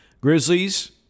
Grizzlies